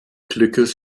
glückes